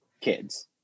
kids